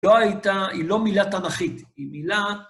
לא הייתה, היא לא מילה תנכית, היא מילה...